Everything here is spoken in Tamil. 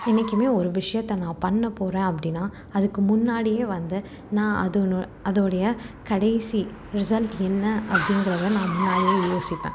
என்னைக்குமே ஒரு விஷயத்தை நான் பண்ண போறேன் அப்படினா அதுக்கு முன்னாடியே வந்து நான் அதனோ அதோடைய கடைசி ரிசல்ட் என்ன அப்படிங்கிறத நான் முன்னாடியே யோசிப்பேன்